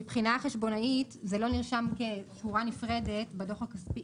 מבחינה חשבונאית זה לא נרשם כשורה נפרדת בדוח הכספי.